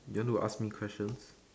you want to ask me questions